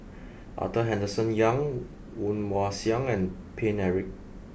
Arthur Henderson Young Woon Wah Siang and Paine Eric